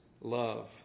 love